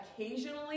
occasionally